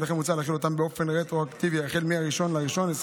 ולכן מוצע להחיל אותן באופן רטרואקטיבי החל מ-1 בינואר